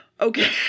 Okay